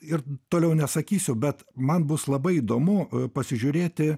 ir toliau nesakysiu bet man bus labai įdomu pasižiūrėti